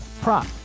prop